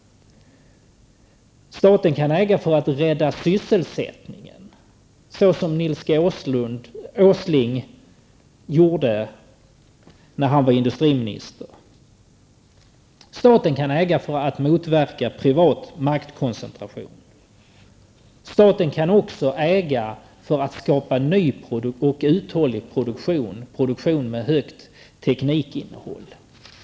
Staten kan äga för att rädda sysselsättningen, såsom Nils G Åsling gjorde när han var industriminister. Staten kan äga för att motverka privat maktkoncentration. Staten kan också äga för att skapa ny och uthållig produktion med högt teknikinnehåll.